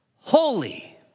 holy